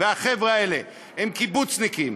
והחבר'ה האלה הם קיבוצניקים,